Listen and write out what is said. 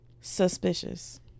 suspicious